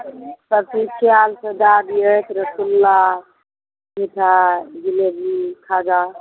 सभचीज कयल से दए दिहथि रसगुल्ला मिठाइ जिलेबी खाजा